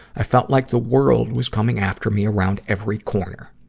i felt like the world was coming after me around every corner.